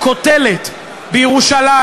קוטלת בירושלים,